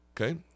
okay